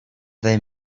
they